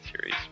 series